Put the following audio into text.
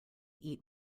eat